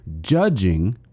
judging